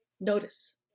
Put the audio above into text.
notice